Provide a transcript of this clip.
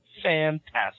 Fantastic